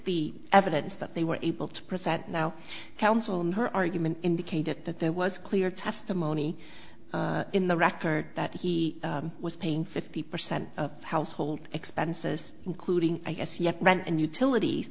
the evidence that they were able to present now counsel him her argument indicated that there was clear testimony in the record that he was paying fifty percent of household expenses including i guess you have rent and utilities